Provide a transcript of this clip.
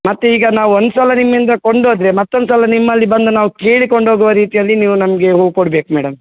ಮತ್ತು ಈಗ ನಾವು ಒಂದು ಸಲ ನಿಮ್ಮಿಂದ ಕೊಂಡೋದರೆ ಮತ್ತೊಂದು ಸಲ ನಿಮ್ಮಲ್ಲಿ ಬಂದು ನಾವು ಕೇಳಿಕೊಂಡು ಹೋಗುವ ರೀತಿಯಲ್ಲಿ ನೀವು ನಮಗೆ ಹೂವು ಕೊಡ್ಬೇಕು ಮೇಡಮ್